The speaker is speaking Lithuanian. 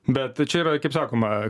bet čia yra kaip sakoma